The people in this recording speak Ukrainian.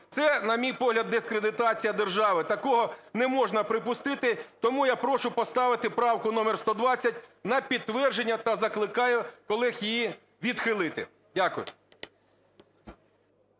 Це, на мій погляд, дискредитація держави. Такого не можна припустити, тому я прошу поставити правку номер 120 на підтвердження та закликаю колег її відхилити. Дякую.